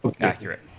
accurate